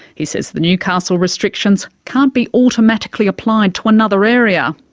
he says the newcastle restrictions can't be automatically applied to another area.